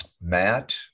matt